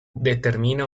determina